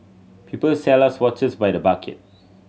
people sell us watches by the bucket